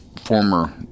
former